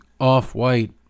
off-white